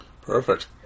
Perfect